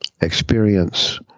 experience